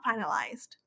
finalized